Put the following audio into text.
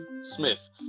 Smith